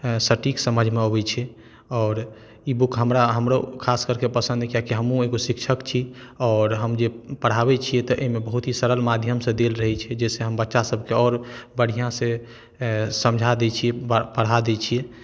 आ सटीक समझमे अबैत छै आओर ई बुक हमरा हमरो खास करिके पसन्द अछि किआकि हमहुँ एगो शिक्षक छी आओर हम जे पढ़ाबैत छियै तऽ एहिमे बहुत ही सरल माध्यम से देल रहैत छै जाहिसे हम बच्चा सबके आओर बढ़िआँ से समझा दै छियै पढ़ा दै छियै